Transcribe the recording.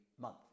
month